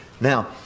now